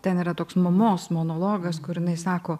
ten yra toks mamos monologas kur jinai sako